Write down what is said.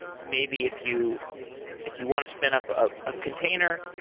maybe if you if you want to spin up a ah container,